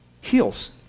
heals